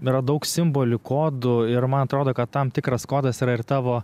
yra daug simbolių kodų ir man atrodo kad tam tikras kodas yra ir tavo